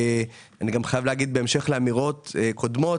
בהמשך לאמירות קודמות